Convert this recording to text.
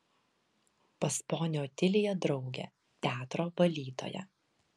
pas ponią otiliją draugė teatro valytoja